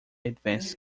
advance